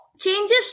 Changes